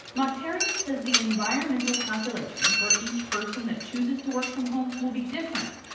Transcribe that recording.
mokhtarian says the environmental calculation for each person that chooses to work from home will be different,